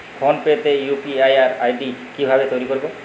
Phone pay তে UPI ID কি ভাবে তৈরি করবো?